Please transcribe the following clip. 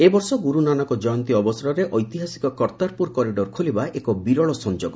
ଏବର୍ଷ ଗୁରୁ ନାନକ କ୍ଷୟନ୍ତୀ ଅବସରରେ ଐତିହାସିକ କର୍ତ୍ତାରପୁର କରିଡର ଖୋଲିବା ଏକ ବିରଳ ସଂଯୋଗ